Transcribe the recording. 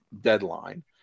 deadline